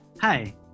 Hi